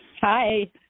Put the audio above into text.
Hi